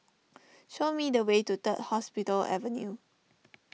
show me the way to Third Hospital Avenue